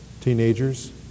teenagers